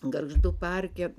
gargždų parke